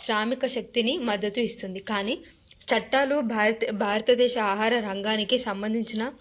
శ్రామిక శక్తిని మద్ధతు ఇస్తుంది కానీ చట్టాలు భారత భారతదేశ ఆహార రంగానికి సంబంధించిన